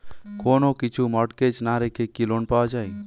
কোন কিছু মর্টগেজ না রেখে কি লোন পাওয়া য়ায়?